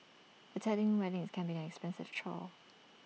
attending weddings can be an expensive chore